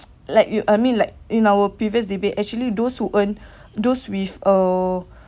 like you I mean like in our previous debate actually those who earn those with uh